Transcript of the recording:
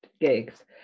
gigs